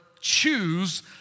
choose